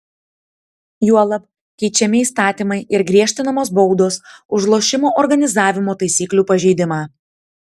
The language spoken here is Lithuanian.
juolab keičiami įstatymai ir griežtinamos baudos už lošimo organizavimo taisyklių pažeidimą